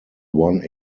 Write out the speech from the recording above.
one